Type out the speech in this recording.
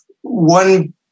one